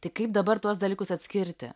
tai kaip dabar tuos dalykus atskirti